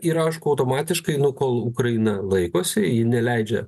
ir aišku automatiškai nu kol ukraina laikosi ji neleidžia